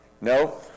No